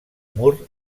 mur